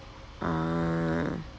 ah